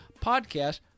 podcast